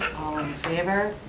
favor.